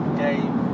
game